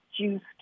juiced